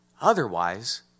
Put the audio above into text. Otherwise